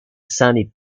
sunny